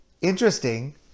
Interesting